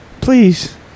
please